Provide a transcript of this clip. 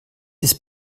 ist